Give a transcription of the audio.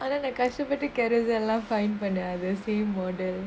ஆனா நா கஷ்டப்பட்டு:aanaa na kastapattu carousell lah fine பன்ன:panna other same module